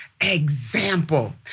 example